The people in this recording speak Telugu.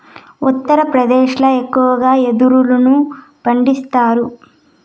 ఉత్తరప్రదేశ్ ల ఎక్కువగా యెదురును పండిస్తాండారు